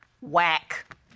whack